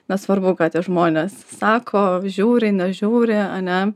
nesvarbu ką tie žmonės sako žiūri nežiūri ane